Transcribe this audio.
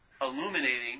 illuminating